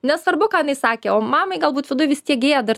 nesvarbu ką jinai sakė o mamai galbūt viduj vis tiek gėda